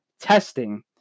testing